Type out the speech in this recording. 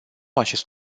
acest